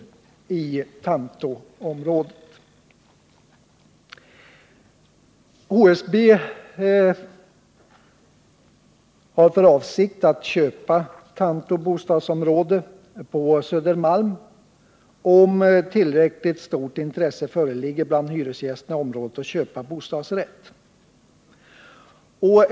HSB har för avsikt att köpa Tanto bostadsområde på Södermalm, om hyresgästerna i området har tillräckligt stort intresse för att köpa bostadsrätt.